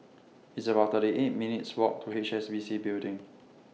It's about thirty eight minutes' Walk to H S B C Building